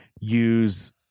use